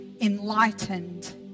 enlightened